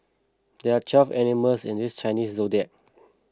there are twelve animals in this Chinese zodiac